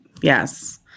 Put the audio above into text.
yes